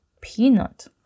peanut